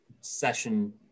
session